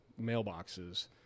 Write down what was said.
mailboxes